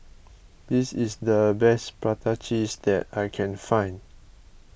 this is the best Prata Cheese that I can find